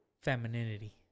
femininity